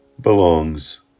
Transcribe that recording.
belongs